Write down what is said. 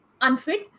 unfit